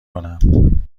کنم